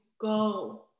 go